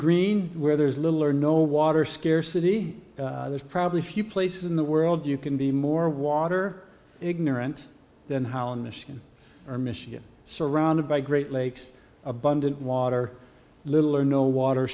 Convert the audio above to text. green where there is little or no water scarcity there's probably few places in the world you can be more water ignorant than holland michigan or michigan surrounded by great lakes abundant water little or no water